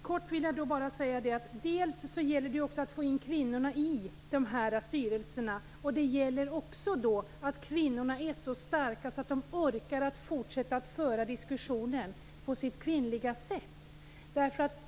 Herr talman! Kort: Det gäller också att få in kvinnor i dessa styrelser och att kvinnorna är så starka att de orkar att fortsätta att föra diskussion på sitt kvinnliga sätt.